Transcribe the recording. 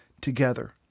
together